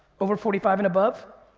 over forty five and above?